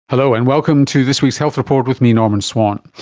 hello, and welcome to this week's health report with me, norman swan.